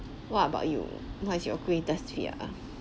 what about you what is your greatest fear